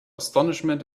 astonishment